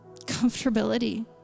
comfortability